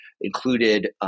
included